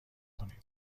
کنیم